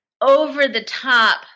over-the-top